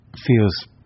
feels